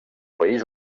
país